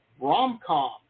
rom-com